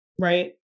Right